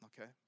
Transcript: Okay